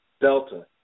Delta